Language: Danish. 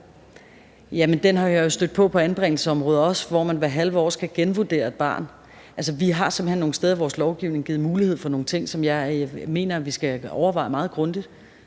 jeg også er stødt på det på anbringelsesområdet, hvor man hvert halve år skal genvurdere et barn. Altså, vi har simpelt hen nogle steder i vores lovgivning givet mulighed for nogle ting, som jeg mener vi skal overveje meget grundigt.